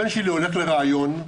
הבן שלי הולך לריאיון,